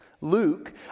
Luke